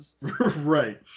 Right